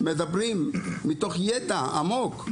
מדברים מתוך ידע עמוק.